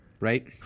right